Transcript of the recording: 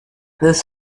this